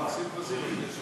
אתה